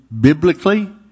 biblically